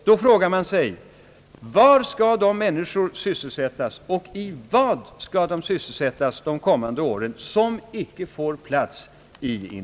Var skall då de människor som inte får plats i industrin sysselsättas och i vad skall de sysselsättas de kommande åren?